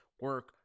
Work